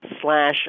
slash